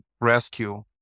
rescue